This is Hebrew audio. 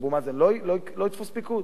אבו מאזן לא יתפוס פיקוד?